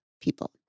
people